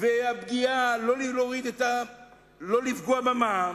לא לפגוע במע"מ,